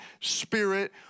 spirit